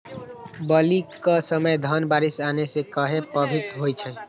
बली क समय धन बारिस आने से कहे पभवित होई छई?